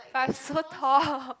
but I'm so tall